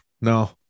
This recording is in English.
No